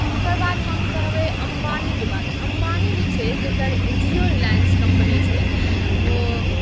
ओकर बाद हम कहबै अम्बानीके बात अम्बानी जे छै जकर जिओ रिलायन्स कम्पनी छै ओ